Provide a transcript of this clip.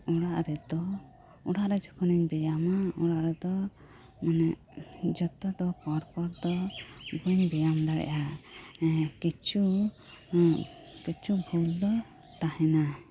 ᱚᱲᱟᱜ ᱨᱮᱫᱚ ᱚᱲᱟᱜ ᱨᱮ ᱡᱚᱠᱷᱚᱱᱤᱧ ᱵᱮᱭᱟᱢᱟ ᱚᱲᱟᱜ ᱨᱮᱫᱚ ᱢᱟᱱᱮ ᱡᱷᱚᱛᱚ ᱫᱚ ᱯᱚᱨ ᱯᱚᱨ ᱫᱚ ᱵᱟᱹᱧ ᱵᱮᱭᱟᱢ ᱫᱟᱲᱮᱭᱟᱜᱼᱟ ᱠᱤᱪᱷᱩ ᱠᱤᱪᱷᱩ ᱵᱷᱩᱞ ᱫᱚ ᱛᱟᱦᱮᱱᱟ